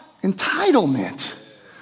Entitlement